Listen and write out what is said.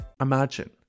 Imagine